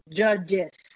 judges